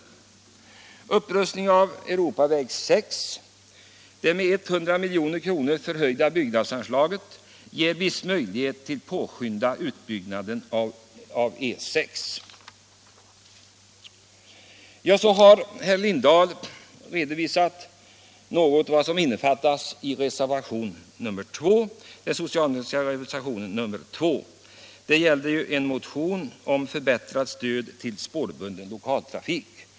Vad så gäller upprustningen av E 6 kan sägas att det med 100 milj.kr. förhöjda byggnadsanslaget ger viss möjlighet att påskynda utbyggnaden. Herr Lindahl har redovisat innehållet i den socialdemokratiska reservationen 2. Motionen handlar om förbättrat stöd till spårbunden lokaltrafik.